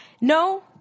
no